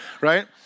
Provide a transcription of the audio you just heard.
right